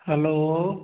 hello